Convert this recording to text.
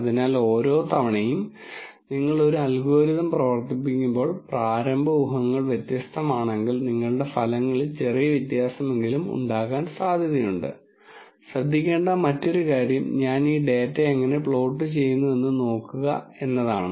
അതിനാൽ ഓരോ തവണയും നിങ്ങൾ ഒരു അൽഗോരിതം പ്രവർത്തിപ്പിക്കുമ്പോൾ പ്രാരംഭ ഊഹങ്ങൾ വ്യത്യസ്തമാണെങ്കിൽ നിങ്ങളുടെ ഫലങ്ങളിൽ ചെറിയ വ്യത്യാസങ്ങളെങ്കിലും ഉണ്ടാകാൻ സാധ്യതയുണ്ട് ശ്രദ്ധിക്കേണ്ട മറ്റൊരു പ്രധാന കാര്യം ഞാൻ ഈ ഡാറ്റ എങ്ങനെ പ്ലോട്ട് ചെയ്യുന്നു എന്ന് നോക്കുക എന്നതാണ്